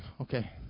okay